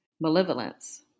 malevolence